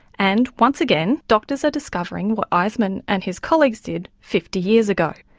and once again doctors are discovering what eiseman and his colleagues did fifty years ago,